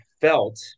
felt